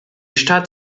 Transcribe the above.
stadt